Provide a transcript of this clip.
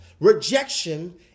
Rejection